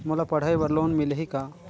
मोला पढ़ाई बर लोन मिलही का?